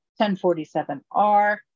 1047R